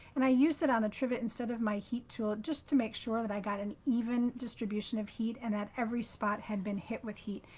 and i use it on the trivet instead of my heat tool, just to make sure that i got an even distribution of heat and that every spot had been hit with heat,